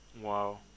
Wow